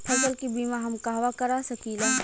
फसल के बिमा हम कहवा करा सकीला?